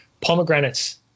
pomegranates